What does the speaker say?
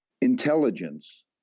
Intelligence